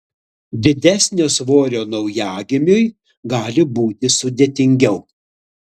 didesnio svorio naujagimiui gali būti sudėtingiau